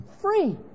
free